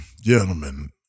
gentlemen